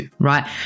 right